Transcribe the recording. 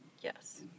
Yes